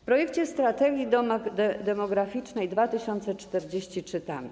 W projekcie „Strategii demograficznej 2040” czytamy: